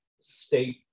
state